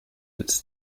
its